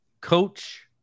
Coach